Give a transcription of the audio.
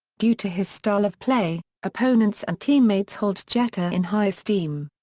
due to his style of play, opponents and teammates hold jeter in high esteem.